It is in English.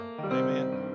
Amen